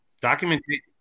Documentation